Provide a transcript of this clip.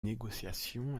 négociations